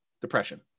depression